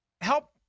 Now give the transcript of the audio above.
help